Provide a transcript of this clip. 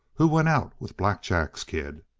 who went out with black jack's kid?